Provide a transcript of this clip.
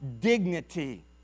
dignity